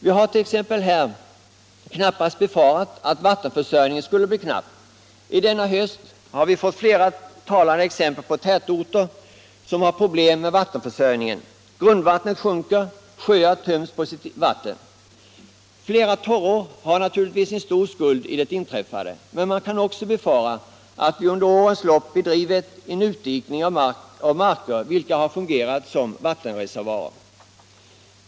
Vi har t.ex. här knappast befarat att vattenförsörjningen skulle bli problematisk. Denna höst har vi dock fått flera talande exempel på tätorter, som har problem med vattenförsörjningen. Grundvattnet sjunker. Sjöar töms på sitt vatten. Flera torrår har naturligtvis en stor skuld i det inträffade. Men man kan också befara att vi under årens lopp bedrivit utdikning av marker, vilka har fungerat som vattenreservoarer.